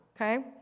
Okay